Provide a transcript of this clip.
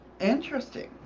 Interesting